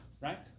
right